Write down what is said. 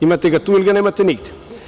Imate ga tu ili ga nemate nigde.